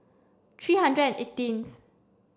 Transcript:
three hundred and eighteen